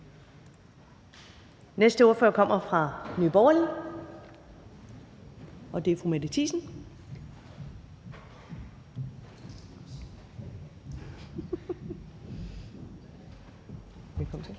Næste ordfører kommer fra Nye Borgerlige, og det er fru Mette Thiesen.